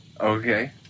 Okay